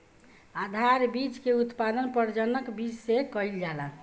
आधार बीज के उत्पादन प्रजनक बीज से कईल जाला